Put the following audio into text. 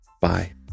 Bye